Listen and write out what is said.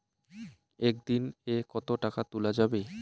একদিন এ কতো টাকা তুলা যাবে?